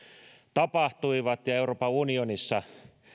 tapahtuivat ja euroopan unionissa